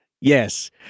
Yes